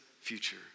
future